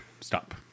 Stop